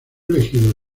elegido